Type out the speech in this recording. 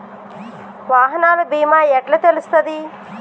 వాహనాల బీమా ఎట్ల తెలుస్తది?